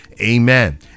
Amen